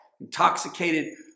intoxicated